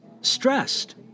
stressed